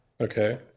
okay